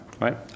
right